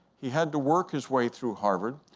he had to work his way through harvard,